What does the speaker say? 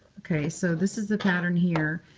ok. so this is the pattern here,